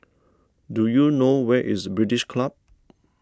do you know where is British Club